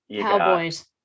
Cowboys